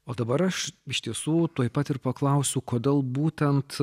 o dabar aš iš tiesų tuoj pat ir paklausiu kodėl būtent